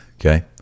Okay